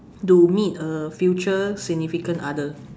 to meet a future significant other